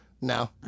no